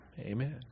Amen